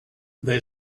they